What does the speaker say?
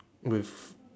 with